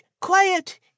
Quiet